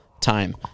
time